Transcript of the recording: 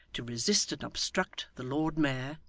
to resist and obstruct the lord mayor,